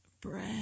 bread